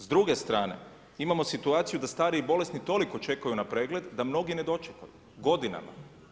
S druge strane, imamo situaciju da stari i bolesni toliko čekaju na pregled da mnogi ne dočekaju, godinama.